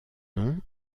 nom